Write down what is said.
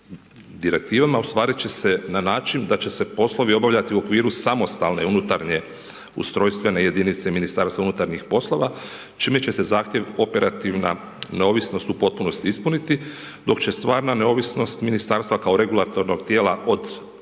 ostvariti će se na način, da će se poslovi obavljati u okviru samostalne unutarnje ustrojstvene jedinice i Ministarstva unutarnjih poslova, čime će se zahtjev, operativna, neovisnost u potpunosti ispuniti, dok će stvarna neovisnost Ministarstva, kao regulatornog tijela, od neprimjerenog